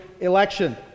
election